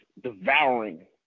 devouring